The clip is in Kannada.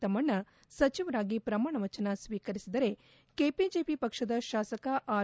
ತಮ್ನಣ್ಣ ಸಚವರಾಗಿ ಪ್ರಮಾಣವಚನ ಸ್ವೀಕರಿಸಿದರೆ ಕೆಪಿಜೆಪಿ ಪಕ್ಷದ ಶಾಸಕ ಆರ್